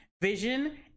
Vision